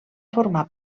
formar